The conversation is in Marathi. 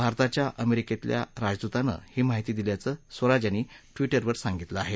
भारताच्या अमेरिकेतल्या राजदूतानं ही माहिती दिल्याचं स्वराज यांनी ट्विटरवर सांगितलं आहे